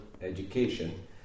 education